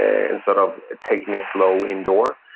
and sort of taking it slow indoor,